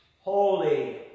Holy